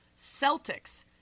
Celtics